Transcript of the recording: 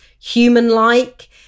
human-like